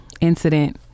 incident